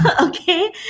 Okay